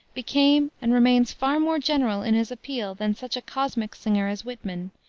became and remains far more general in his appeal than such a cosmic singer as whitman,